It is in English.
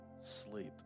sleep